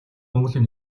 монголын